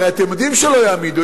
הרי אתם יודעים שלא יעמידו,